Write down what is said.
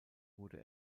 wurde